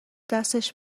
دستش